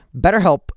BetterHelp